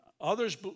others